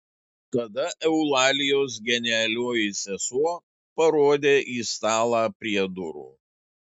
tada eulalijos genialioji sesuo parodė į stalą prie durų